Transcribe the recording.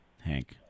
Hank